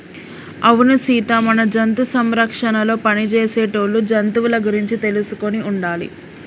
అవును సీత మన జంతు సంరక్షణలో పని చేసేటోళ్ళు జంతువుల గురించి తెలుసుకొని ఉండాలి